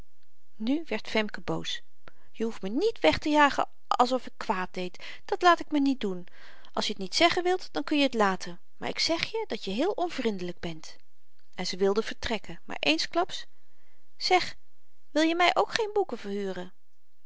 nu werd femke boos je hoeft me niet wegtejagen als of ik kwaad deed dat laat ik me niet doen als je t niet zeggen wilt dan kun je t laten maar ik zeg je dat je heel onvrindelyk bent en ze wilde vertrekken maar eensklaps zeg wil je my ook geen boeken verhuren